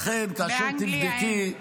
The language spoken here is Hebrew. באנגליה אין.